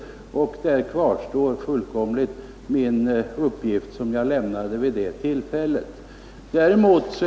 Den uppgift som jag lämnade vid det tillfället var alltså riktig.